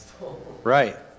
Right